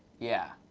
yeah.